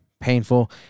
painful